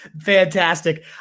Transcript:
Fantastic